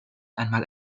einmal